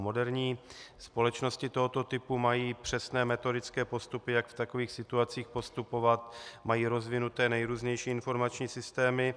Moderní společnosti tohoto typu mají přesné metodické postupy, jak v takových situacích postupovat, mají rozvinuté nejrůznější informační systémy.